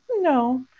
No